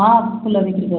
ହଁ ମୁଁ ଫୁଲ ବିକ୍ରି କରୁଛି